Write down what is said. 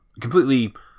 completely